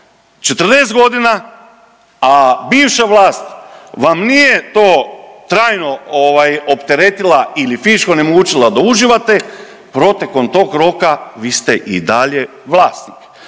40 godina, a bivša vlast vam nije to trajno ovaj opteretila ili fizičko onemogućila da uživate protekom tog roka vi ste i dalje vlasnik.